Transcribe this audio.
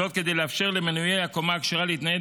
זאת כדי לאפשר למנויי הקומה הכשרה להתנייד